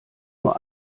nur